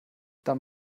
dann